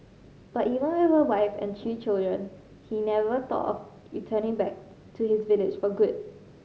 but even with a wife and three children he never thought of returning back to his village for good